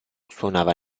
suonava